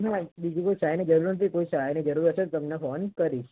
ના બીજી કોઈ સહાયની જરૂર નથી કોઈ સહાયની જરૂર હશે તો તમને ફોન કરીશ